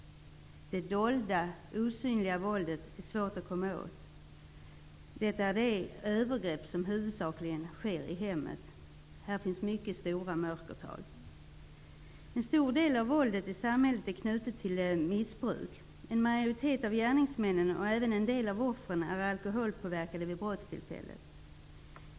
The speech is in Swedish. Det dolda, osynliga våldet är svårt att komma åt. Det är fråga om de övergrepp som huvudsakligen sker i hemmet. Här finns mycket stora mörkertal. En stor del av våldet i samhället är knutet till missbruk. En majoritet av gärningsmännen och även en del av offren är alkoholpåverkade vid brottstillfället.